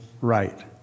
right